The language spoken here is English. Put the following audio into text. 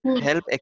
help